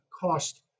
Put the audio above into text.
cost